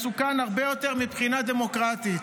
מסוכן הרבה יותר מבחינה דמוקרטית.